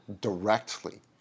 directly